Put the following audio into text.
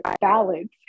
balance